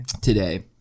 today